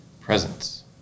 presence